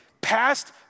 past